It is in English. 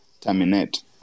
terminate